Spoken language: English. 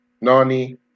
Nani